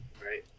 Right